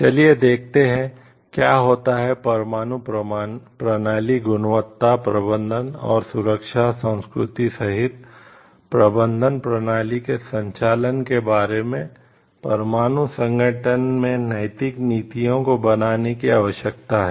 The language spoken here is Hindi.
चलिए देखते हैं क्या होता है परमाणु प्रणाली गुणवत्ता प्रबंधन और सुरक्षा संस्कृति सहित प्रबंधन प्रणाली के संचालन के बारे में परमाणु संगठन में नैतिक नीतियों को बनाने की आवश्यकता है